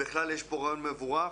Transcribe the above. בכלל יש פה רעיון מבורך.